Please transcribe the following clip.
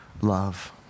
love